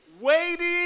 Waiting